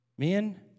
Men